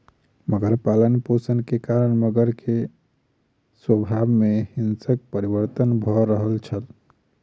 मगर पालनपोषण के कारण मगर के स्वभाव में हिंसक परिवर्तन भ रहल छल